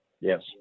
Yes